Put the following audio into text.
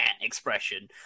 expression